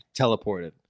teleported